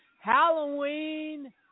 Halloween